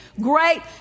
great